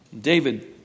David